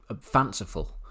fanciful